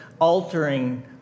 altering